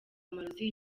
amarozi